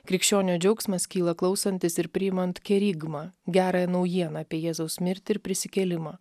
krikščionio džiaugsmas kyla klausantis ir priimant kerigmą gerąją naujieną apie jėzaus mirtį ir prisikėlimą